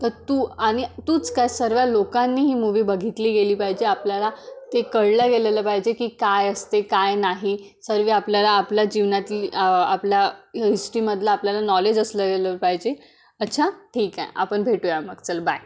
तर तू आणि तूच काय सर्व लोकांनी ही मू्ही बघितली गेली पाहिजे आपल्याला ते कळलं गेलेलं पाहिजे की काय असते काय नाही सर्व आपल्याला आपल्या जीवनातली आपल्या हिस्ट्रीमधलं आपल्याला नॉलेज असलेलं पाहिजे अच्छा ठीक आहे आपण भेटूया मग चल बाय